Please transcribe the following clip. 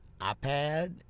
iPad